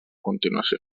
continuació